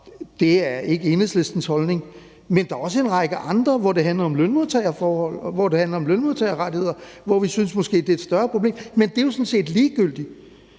det er ikke Enhedslistens holdning – men der er også en række andre, hvor det handler om lønmodtagerforhold, og hvor det handler om lønmodtagerrettigheder. Det synes vi måske er et større problem. Men det er jo sådan set ligegyldigt,